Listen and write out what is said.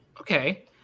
Okay